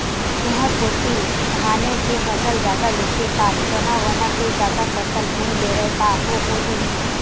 तुंहर कोती धाने के फसल जादा लेथे का चना वना के जादा फसल नइ लेवय का ओ कोती?